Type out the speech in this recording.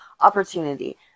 opportunity